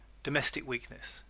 domestic weakness